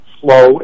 slow